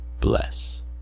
bless